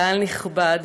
קהל נכבד,